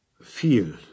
Viel